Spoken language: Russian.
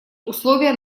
условия